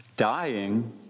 dying